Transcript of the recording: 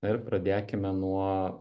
na ir pradėkime nuo